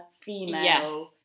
female